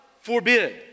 forbid